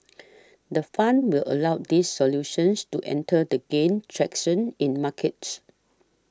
the fund will allow these solutions to enter the gain traction in markets